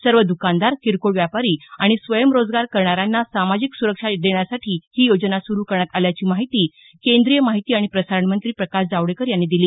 सर्व दुकानदार किरकोळ व्यापारी आणि स्वयंरोजगार करणाऱ्यांना सामाजिक सुरक्षा देण्यासाठी ही योजना सुरू करण्यात आल्याची माहिती केंद्रीय माहिती आणि प्रसारण मंत्री प्रकाश जावडेकर यांनी दिली